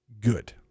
good